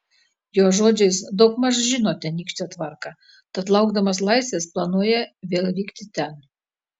jo žodžiais daugmaž žino tenykštę tvarką tad laukdamas laisvės planuoja vėl vykti ten